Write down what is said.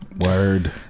word